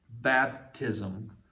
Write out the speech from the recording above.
baptism